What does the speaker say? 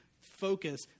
focus